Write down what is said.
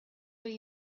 were